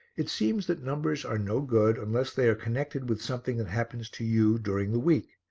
it seems that numbers are no good unless they are connected with something that happens to you during the week.